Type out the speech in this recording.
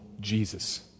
Jesus